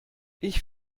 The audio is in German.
ich